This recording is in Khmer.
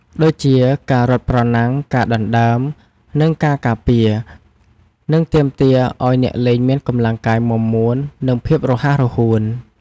ដូចជា ការរត់ប្រណាំង ការដណ្ដើម និងការការពារ និងទាមទារឱ្យអ្នកលេងមានកម្លាំងកាយមាំមួន និងភាពរហ័សរហួន។